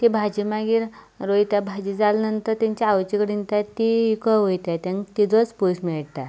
ते भाजी मागीर रोयतात भाजी जाले नंतर तांच्या आवयच्या कडेन तीं विकूंक वयता तांकां तिजोच पयसो मेळटा